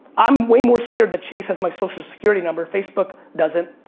i'm way more scared that chase has my social security number. facebook doesn't.